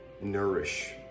nourish